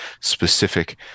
specific